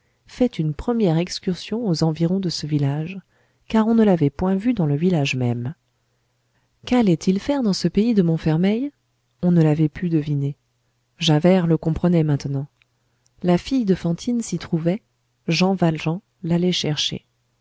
fait une première excursion aux environs de ce village car on ne l'avait point vu dans le village même qu'allait-il faire dans ce pays de montfermeil on ne l'avait pu deviner javert le comprenait maintenant la fille de fantine s'y trouvait jean valjean l'allait chercher